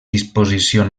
disposició